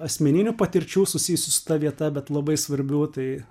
asmeninių patirčių susijusių su ta vieta bet labai svarbių tai